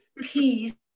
peace